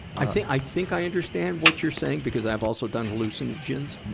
i think, i think i understand what you're saying, because i've also done hallucinogens.